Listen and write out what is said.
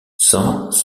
sans